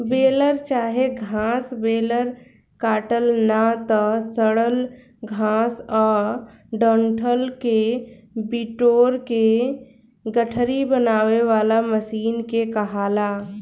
baler चाहे घास baler काटल ना त सड़ल घास आ डंठल के बिटोर के गठरी बनावे वाला मशीन के कहाला